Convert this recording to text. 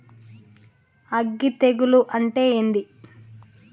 అగ్గి తెగులు అంటే ఏంది?